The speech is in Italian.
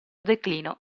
declino